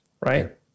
right